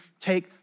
take